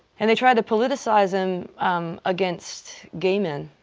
and they tried to politicize him against gay men.